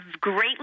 greatly